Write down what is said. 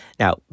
Now